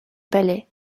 palais